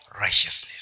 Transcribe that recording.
Righteousness